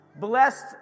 blessed